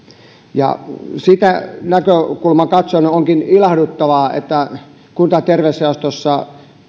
ja sitä näkökulmaa katsoen onkin ilahduttavaa että kunta ja terveysjaostossa